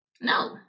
no